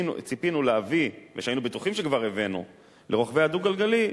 שציפינו להביא ושהיינו בטוחים שכבר הבאנו לרוכבי הדו-גלגלי,